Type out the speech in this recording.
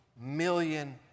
million